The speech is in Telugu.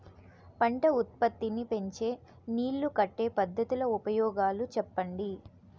పంట ఉత్పత్తి నీ పెంచే నీళ్లు కట్టే పద్ధతుల ఉపయోగాలు చెప్పండి?